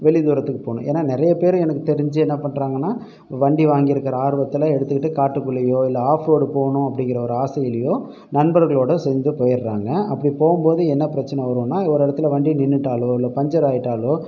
வெளி தூரத்துக்கு போகணும் ஏன்னால் நிறைய பேர் எனக்கு தெரிஞ்சு என்ன பண்றாங்கன்னால் வண்டி வாங்கி இருக்கிற ஆர்வத்தில் எடுத்துக்கிட்டு காட்டிக்குள்ளேயோ இல்லை ஆஃப்ரோடு போகணும் அப்படிங்கிற ஒரு ஆசையிலியோ நண்பர்களோடு சேர்ந்து போயிடுறாங்க அப்படி போகும்போது என்ன பிரச்சனை வருன்னால் ஒரு இடத்தில் வண்டி நின்னுட்டாலோ இல்லை பஞ்சர் ஆகிட்டாலோ